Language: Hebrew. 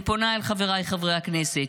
אני פונה אל חבריי חברי הכנסת: